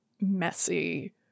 messy